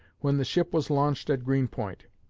when the ship was launched at greenpoint,